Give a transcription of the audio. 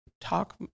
talk